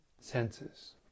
senses